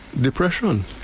Depression